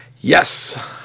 yes